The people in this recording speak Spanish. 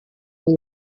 muy